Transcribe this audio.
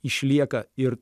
išlieka ir